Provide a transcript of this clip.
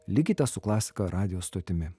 likite su klasika radijo stotimi